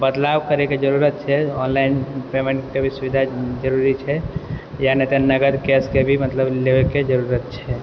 बदलाव करैके जरुरत छै ऑनलाइन पेमेन्टके भी सुविधा जरुरी छै या नहि तऽ नगद कैशके भी लेवेके जरुरत छै